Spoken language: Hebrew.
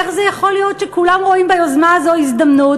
איך זה יכול להיות שכולם רואים ביוזמה הזאת הזדמנות,